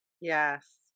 Yes